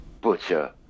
Butcher